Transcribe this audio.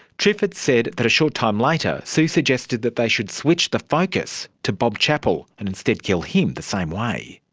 triffett said that a short time later, sue suggested that they should switch the focus to bob chappell and instead kill him the same way.